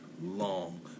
long